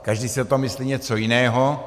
Každý si o tom myslí něco jiného.